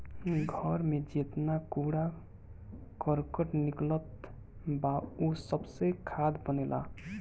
घर में जेतना कूड़ा करकट निकलत बा उ सबसे खाद बनेला